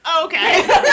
okay